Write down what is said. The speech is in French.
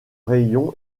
rayon